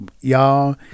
Y'all